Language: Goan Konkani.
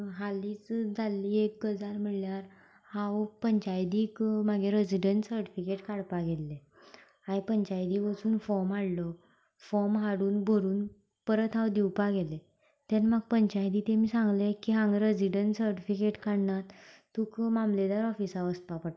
हालीच जाल्ली एक गजाल म्हणल्यार हांव पंचायतीक म्हागे रेजिडंट सिर्टिफिकेट काडपाक गेल्ले हायेन पंचायतीक वचून फॉम हाडलो फॉम हाडून भरून परत हांव दिवपाक गेलें तेन्न म्हाका पंचायतीन तेमी सांगलें कि हांगा रेजिडंट सिर्टिफिकेट काडनात तुका मामलेदार ऑफिसान वचपा पडटलें म्हण